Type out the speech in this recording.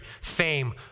fame